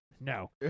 No